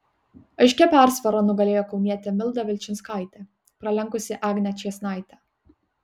aiškia persvara nugalėjo kaunietė milda vilčinskaitė pralenkusi agnę čėsnaitę